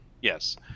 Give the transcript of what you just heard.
Yes